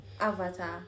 Avatar